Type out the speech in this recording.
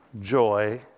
joy